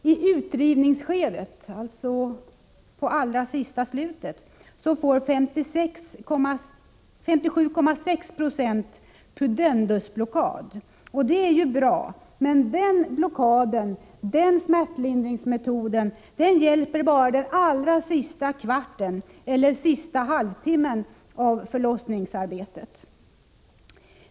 I utdrivningsskedet, alltså det allra sista, får 57,6 70 pudendusblockad. Det är ju bra, men den blockaden hjälper bara under den allra sista kvarten eller sista halvtimmen av förlossningsarbetet.